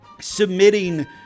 submitting